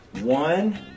One